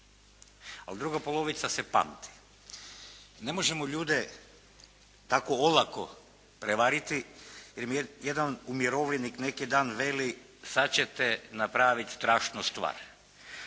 A druga polovica se pamti. Ne možemo ljude tako olako prevariti jer mi je jedan umirovljenik neki dan veli, sad ćete napraviti strašnu stvar.